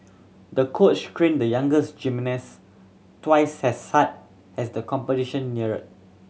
the coach trained the younger gymnast twice as hard as the competition neared